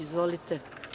Izvolite.